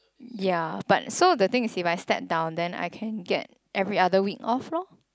ya but so the thing is if I step down then I can get every other week off loh